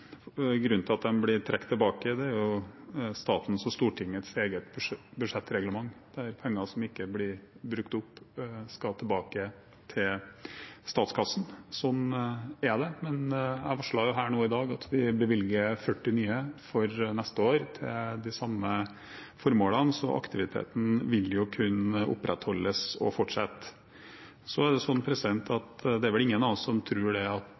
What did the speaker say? Grunnen til at de blir trukket tilbake, er statens og Stortingets eget budsjettreglement. Penger som ikke blir brukt opp, skal tilbake til statskassen. Sånn er det. Men jeg varslet her i dag at vi bevilger 40 nye for neste år, til de samme formålene, så aktiviteten vil kunne opprettholdes og fortsette. Så er det vel ingen av oss som tror at den til dels hardhendte koronahandteringen ikke har konsekvenser utover smittebekjempelse. Vi griper dypt inn i det